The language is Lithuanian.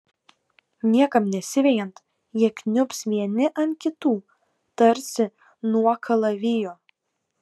niekam nesivejant jie kniubs vieni ant kitų tarsi nuo kalavijo